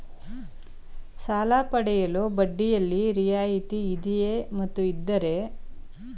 ಸಾಲ ಪಡೆಯಲು ಬಡ್ಡಿಯಲ್ಲಿ ರಿಯಾಯಿತಿ ಇದೆಯೇ ಮತ್ತು ಇದ್ದರೆ ಅದಕ್ಕಿರಬೇಕಾದ ಅರ್ಹತೆ ಏನು?